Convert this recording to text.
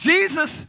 Jesus